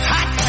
Hot